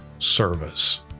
Service